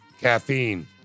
caffeine